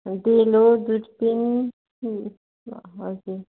डेलो दुर्बिन हजुर